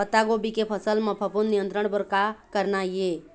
पत्तागोभी के फसल म फफूंद नियंत्रण बर का करना ये?